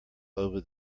over